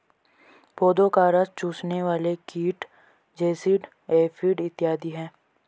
पौधों का रस चूसने वाले कीट जैसिड, एफिड इत्यादि हैं